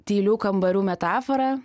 tylių kambarių metafora